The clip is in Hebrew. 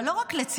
אבל לא רק לצידה,